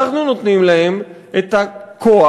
את הכוח.